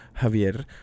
Javier